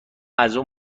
ازاون